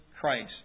Christ